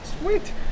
Sweet